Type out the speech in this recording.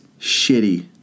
shitty